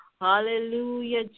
Hallelujah